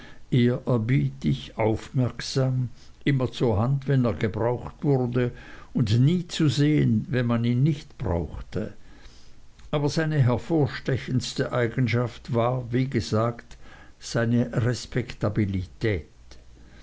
ehrerbietig aufmerksam immer zur hand wenn er gebraucht wurde und nie zu sehen wenn man ihn nicht brauchte aber seine hervorstechendste eigenschaft war wie gesagt seine